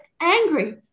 angry